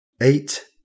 eight